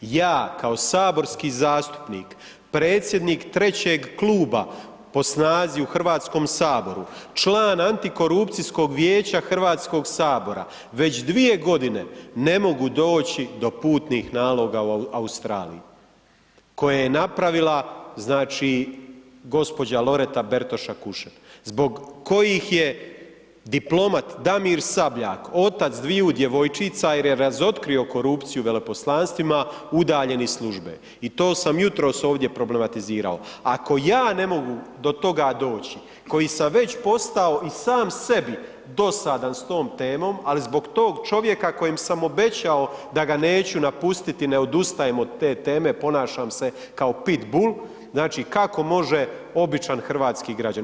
Ja kao saborski zastupnik, predsjednik trećeg kluba po snazi u Hrvatskom saboru, član antikorupcijskog vijeća Hrvatskog sabora, već 2 g. ne mogu doći do putnih naloga u Australiji koje je napravila znači gđa. Loreta Bertoša Kušen, zbog kojih je diplomat Damir Sabljak, otac dviju djevojčica jer je razotkrio korupciju u veleposlanstvima, udaljen iz službe i to sam jutros ovdje problematizirao, ako ja ne mogu do toga doći koji sam već postao i sam sebi dosadan sa tom temom ali zbog tog čovjeka kojem sam obećao da ga neću napustiti, ne odustajem od te teme, ponašam se kao pitbull, znači kako može običan hrvatski građanin?